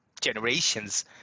generations